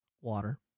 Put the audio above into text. Water